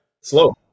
slow